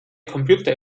computer